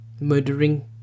murdering